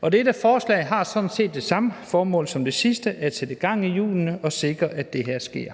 Og dette forslag her sådan set det samme formål som det sidste: at sætte gang i hjulene og sikre, at det her sker.